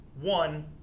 One